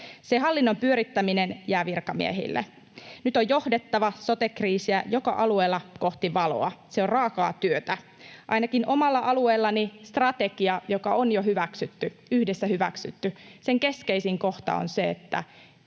hallinnon pyörittäminen jää virkamiehille. Nyt on johdettava joka alueella sote-kriisiä kohti valoa. Se on raakaa työtä. Ainakin omalla alueellani sen strategian, joka on jo hyväksytty, yhdessä hyväksytty, keskeisin kohta on se, että